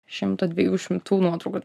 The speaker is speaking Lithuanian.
šimto dviejų šimtų nuotraukų